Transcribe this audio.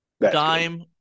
Dime